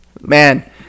Man